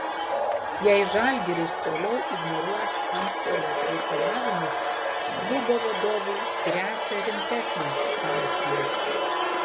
jei žalgiris toliau ignoruos antstolės reikalavimus klubo vadovui gresia rimtesnės sankcijos